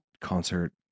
concert